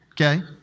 okay